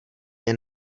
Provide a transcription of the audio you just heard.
jen